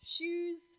Shoes